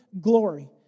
glory